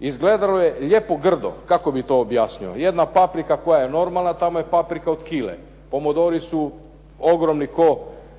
izgledalo je lijepo grdo kako bih to objasnio. Jedna paprika koja je normalna tamo je paprika od kile. Pomidori su ogromni ko'